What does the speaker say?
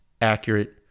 accurate